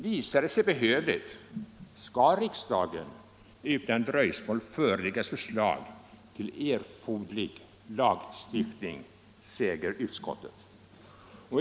Visar det sig behövligt skall riksdagen utan dröjsmål föreläggas förslag till erforderlig lagstiftning, förklarar utskottet.